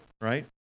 right